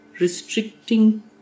restricting